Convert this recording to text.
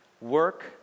Work